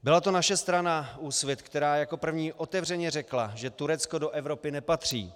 Byla to naše strana Úsvit, která jako první otevřeně řekla, že Turecko do Evropy nepatří.